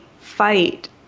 fight